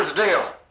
deal.